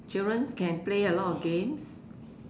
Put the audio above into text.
children can play a lot of games